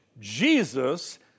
Jesus